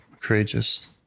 courageous